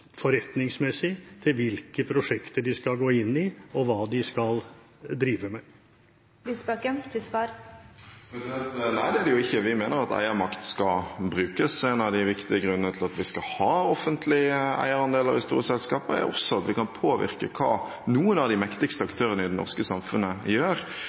forretningsmessig – hvilke prosjekter de skal gå inn i, og hva de skal drive med? Nei, det er det ikke. Vi mener at eiermakt skal brukes. En av de viktige grunnene til at vi skal ha offentlige eierandeler i store selskaper, er også at vi kan påvirke hva noen av de mektigste aktørene i det norske samfunnet gjør.